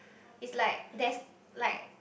it's like that's like